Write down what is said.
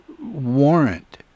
warrant